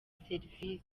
serivisi